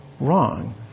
wrong